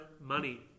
money